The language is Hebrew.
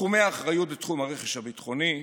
תחומי אחריות בתחום הרכש הביטחוני,